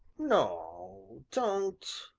no, don't